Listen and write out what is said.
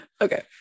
Okay